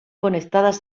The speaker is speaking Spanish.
conectadas